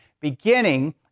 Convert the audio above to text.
beginning